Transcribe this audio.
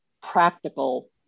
practical